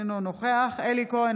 אינו נוכח אלי כהן,